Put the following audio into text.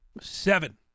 Seven